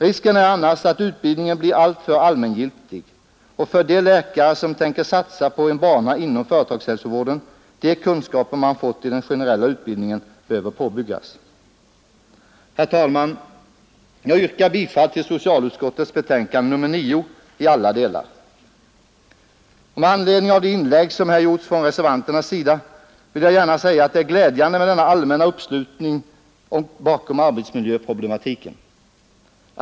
Risken är annars att utbildningen blir alltför allmängiltig, och för de läkare som tänker satsa på en bana inom företagshälsovården behöver de kunskaper man fått i den generella utbildningen påbyggas. Herr talman! Jag yrkar bifall till socialutskottets betänkande nr 9 i alla delar. Med anledning av de inlägg som här gjorts från reservanternas sida vill jag gärna säga att det är glädjande med denna allmänna uppslutning bakom arbetsmiljöproblematiken.